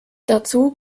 dazu